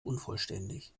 unvollständig